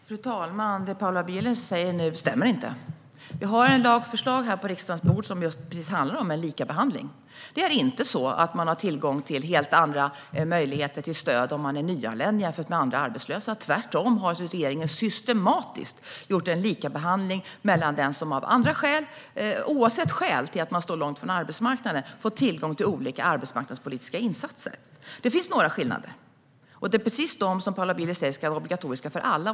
Fru talman! Det Paula Bieler nu säger stämmer inte. Vi har på riksdagens bord ett lagförslag som just handlar om likabehandling. Det är inte så att man har tillgång till helt andra möjligheter till stöd om man är nyanländ jämfört med andra arbetslösa. Tvärtom har regeringen systematiskt gjort en likabehandling. Oavsett orsak till att man står långt från arbetsmarknaden har man fått tillgång till olika arbetsmarknadspolitiska insatser. Det finns några skillnader, och det är precis här Paula Bieler säger att det ska vara obligatoriskt för alla.